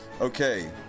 Okay